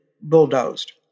bulldozed